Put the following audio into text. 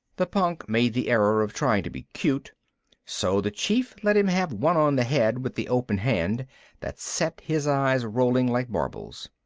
the punk made the error of trying to be cute so the chief let him have one on the head with the open hand that set his eyes rolling like marbles.